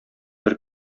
бер